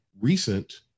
recent